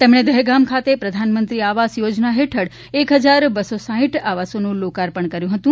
તેમણે દહેગામ ખાતે પ્રધાનમંત્રી આવાસ યોજના હેઠળ એક હજાર બસ્સો સાઇઠ આવાસોનું લોકાર્પણ કર્યું હતું